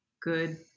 good